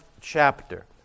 chapter